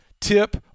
Tip